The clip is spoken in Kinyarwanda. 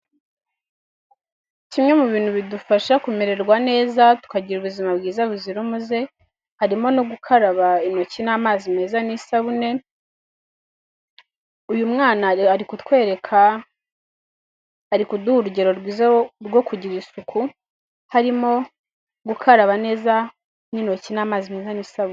Kimwe mu bintu bidufasha kumererwa neza tukagira ubuzima bwiza buzira umuze harimo no gukaraba intoki n'amazi meza n'isabune, uyu mwana ari kutwereka ari kuduha urugero rwiza rwo kugira isuku, harimo gukaraba neza n'intoki n'amazi meza n'isabune.